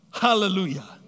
Hallelujah